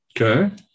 Okay